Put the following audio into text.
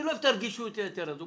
איני אוהב את רגישות היתר הזו.